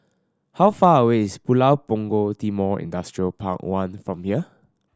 how far away is Pulau Punggol Timor Industrial Park One from here